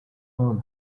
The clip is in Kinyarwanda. paul